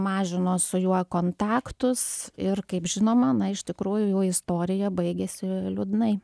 mažino su juo kontaktus ir kaip žinoma na iš tikrųjų istorija baigėsi liūdnai